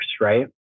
Right